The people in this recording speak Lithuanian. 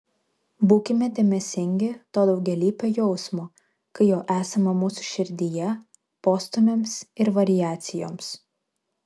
būkime dėmesingi to daugialypio jausmo kai jo esama mūsų širdyje postūmiams ir variacijoms